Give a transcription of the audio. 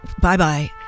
bye-bye